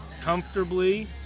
comfortably